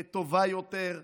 לטובה יותר,